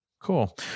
Cool